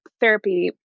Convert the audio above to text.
therapy